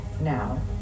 Now